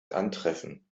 antreffen